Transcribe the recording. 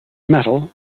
metal